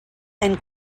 and